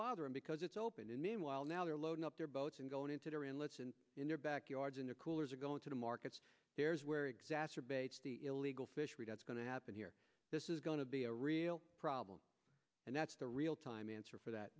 bother him because it's open and meanwhile now they're loading up their boats and going into their inlets and in their backyards in their coolers are going to the markets there's where exacerbates the illegal fishery that's going to happen here this is going to be a real problem and that's the real time answer for that